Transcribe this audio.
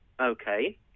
Okay